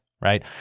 Right